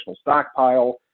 stockpile